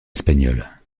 espagnol